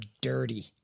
dirty